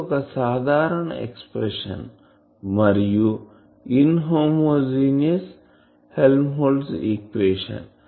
ఇది ఒక సాధారణ ఎక్స్ప్రెషన్ మరియు ఇన్ హోమోజీనియస్ హెల్మ్హోల్ట్జ్ ఈక్వేషన్